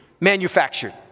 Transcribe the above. manufactured